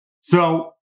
So-